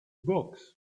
books